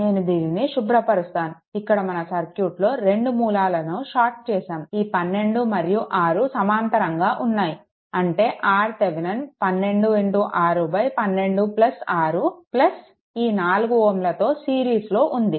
నేను దీనిని శుభ్రపరుస్తాను ఇక్కడ మన సర్క్యూట్లో రెండు మూలాలను షార్ట్ చేశాము ఈ 12 మరియు 6 సమాంతరంగా ఉన్నాయి అంటే RThevenin 12 6 12 6 ఈ 4 Ω తో సిరీస్లో ఉంది